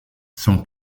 son